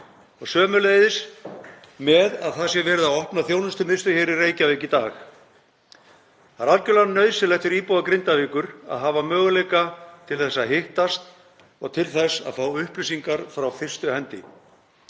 Sömuleiðis að það sé verið að opna þjónustumiðstöð hér í Reykjavík í dag. Það er algjörlega nauðsynlegt fyrir íbúa Grindavíkur að hafa möguleika til að hittast og til þess að fá upplýsingar frá fyrstu hendi.